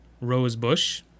Rosebush